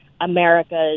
America's